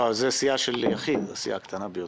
לא, זאת סיעה של יחיד, הסיעה הקטנה ביותר.